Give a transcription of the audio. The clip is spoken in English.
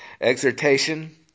Exhortation